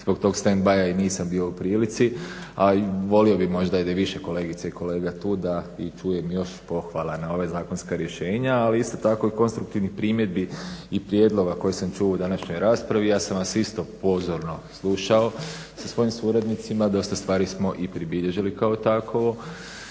zbog tog stand by i nisam bio u prilici, a i volio bih možda da je više kolegice i kolega tu i da čujem još pohvala na ova zakonska rješenja ali isto tako konstruktivnih primjedbi i prijedloga koje sam čuo u današnjoj raspravi. Ja sam vas isto pozorno slušao sa svojim suradnicima, dosta stvari smo i pribilježili kao takovo